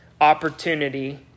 opportunity